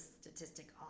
statistic